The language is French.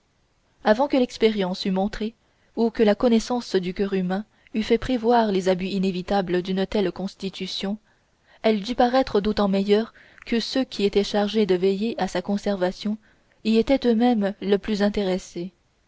avant que l'expérience eût montré ou que la connaissance du cœur humain eût fait prévoir les abus inévitables d'une telle constitution elle dut paraître d'autant meilleure que ceux qui étaient chargés de veiller à sa conservation y étaient eux-mêmes le plus intéressés